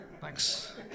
Thanks